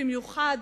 במיוחד